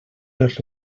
les